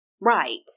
Right